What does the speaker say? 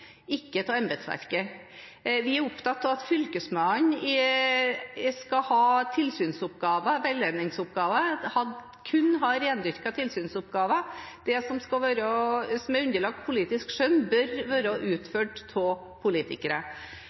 ikke av embetsverket. Vi er opptatt av at Fylkesmannen skal ha tilsynsoppgaver og veiledningsoppgaver – rendyrkede tilsynsoppgaver – og det som er underlagt politisk skjønn, bør være utført av politikere.